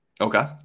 Okay